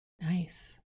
Nice